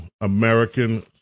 American